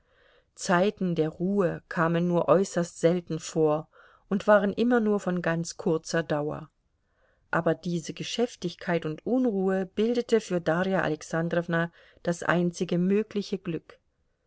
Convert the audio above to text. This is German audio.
zeiten der ruhe kamen nur äußerst selten vor und waren immer nur von ganz kurzer dauer aber diese geschäftigkeit und unruhe bildete für darja alexandrowna das einzige mögliche glück